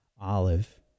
Olive